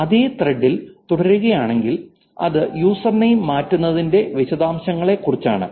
അതിനാൽ അതേ ത്രെഡിൽ തുടരുകയാണെങ്കിൽ അത് യൂസർനെയിം മാറ്റുന്നതിന്റെ വിശദാംശങ്ങളെക്കുറിച്ചാണ്